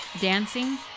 dancing